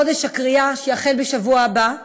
בחודש הקריאה, שיחל בשבוע הבא,